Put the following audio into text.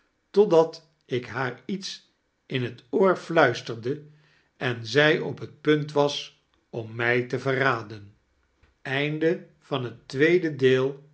totdat ik haar iets in het oor fluisterde en zij op het punt was om mij te verraden